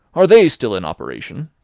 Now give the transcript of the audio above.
are they still in operation?